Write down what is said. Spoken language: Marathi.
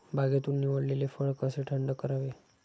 बागेतून निवडलेले फळ कसे थंड करावे?